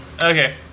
Okay